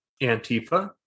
Antifa